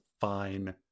fine